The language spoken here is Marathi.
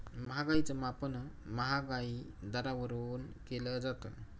महागाईच मापन महागाई दरावरून केलं जातं